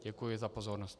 Děkuji za pozornost.